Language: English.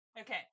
Okay